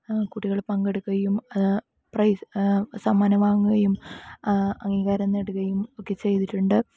കുട്ടികൾ പങ്കെടുക്കുകയും പ്രൈസ് സമ്മാനം വാങ്ങുകയും അംഗീകാരം നേടുകയും ഒക്കെ ചെയ്തിട്ടുണ്ട്